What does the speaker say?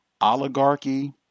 oligarchy